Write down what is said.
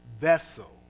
vessel